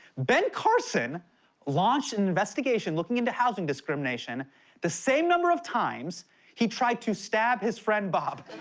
ben carson launched an investigation looking into housing discrimination the same number of times he tried to stab his friend bob.